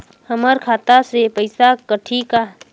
हमर खाता से पइसा कठी का?